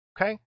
okay